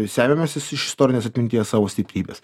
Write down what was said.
semiamės is iš istorinės atminties savo stiprybės